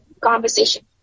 conversation